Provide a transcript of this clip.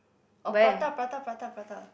oh prata prata prata prata